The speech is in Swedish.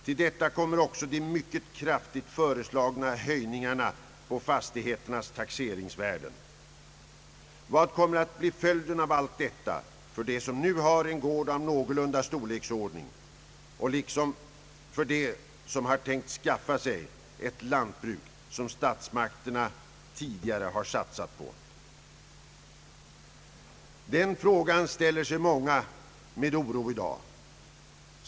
Till detta kommer också de föreslagna mycket, kraftiga höjningarna av fastigheternas taxeringsvärden, Vad kommer att bli följden av allt detta för dem som nu har en någorlunda stor gård, liksom för dem som har tänkt skaffa sig ett lantbruk som statsmakterna tidigare har satsat på? Den frågan ställer sig många med oro i dag.